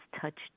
touched